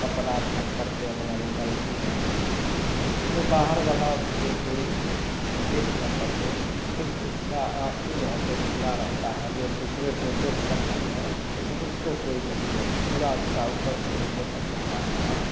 कपड़ा ढक करके अपने निकलती है जो बाहरवाला उसको कोई देख न सके सिर्फ उसकी आँख ही जो है सो खुली रहती है वह दूसरे को देख सकती है लेकिन उसको कोई नहीं देख पूरा उसका ऊपर से नीचे तक ढका हुआ रहता है